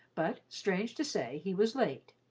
but, strange to say, he was late.